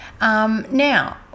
Now